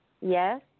yes